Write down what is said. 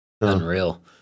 Unreal